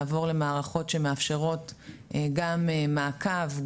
לעבור למערכות שמאפשרות גם מעקב,